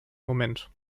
moment